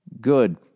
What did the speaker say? good